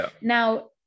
Now